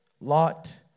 Lot